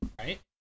right